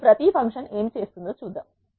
ఈ ప్రతి ఫంక్షన్ ఏమి చేస్తుందో చూద్దాం